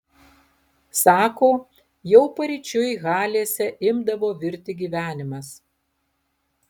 sako jau paryčiui halėse imdavo virti gyvenimas